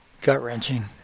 gut-wrenching